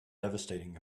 devastating